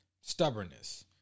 stubbornness